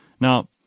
Now